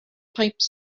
pipes